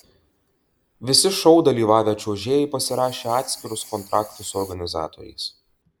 visi šou dalyvavę čiuožėjai pasirašė atskirus kontraktus su organizatoriais